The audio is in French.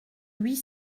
huit